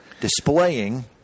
displaying